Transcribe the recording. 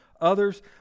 others